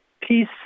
peace